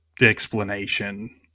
explanation